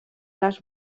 les